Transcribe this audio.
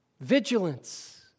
Vigilance